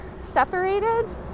separated